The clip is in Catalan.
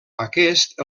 aquest